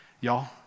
Y'all